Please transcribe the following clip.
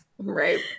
Right